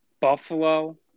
Buffalo